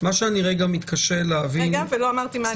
מה שאני מתקשה להבין --- לא אמרתי מה